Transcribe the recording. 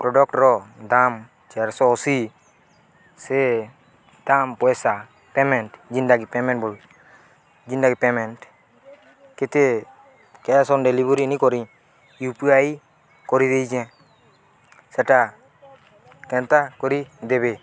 ପ୍ରଡ଼କ୍ଟର ଦାମ୍ ଚାରଶହ ଅଶୀ ସେ ଦାମ୍ ପଇସା ପେମେଣ୍ଟ ଜେନ୍ତାକି ପେମେଣ୍ଟ ଜେନ୍ତାକି ପେମେଣ୍ଟ କେତେ କ୍ୟାସ୍ ଅନ୍ ଡେଲିଭରି ନାଇଁ କରି ୟୁ ପି ଆଇ କରିଦେଇଛେ ସେଟା କେନ୍ତା କରିଦେବେ